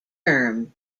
term